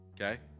okay